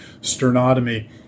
Sternotomy